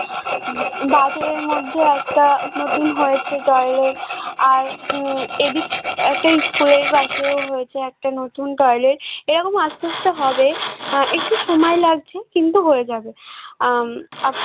বাড়ির মধ্যে একটা নতুন হয়েছে টয়লেট আর এদিক একটা স্কুলের পাশেও হয়েছে একটা নতুন টয়লেট এরকম আস্তে আস্তে হবে একটু সময় লাগছে কিন্তু হয়ে যাবে আপ